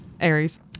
aries